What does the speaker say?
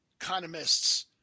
economists